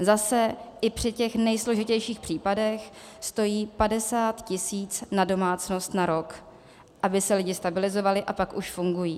Zase i při těch nejsložitějších případech stojí 50 tis. na domácnost na rok, aby se lidi stabilizovali, a pak už fungují.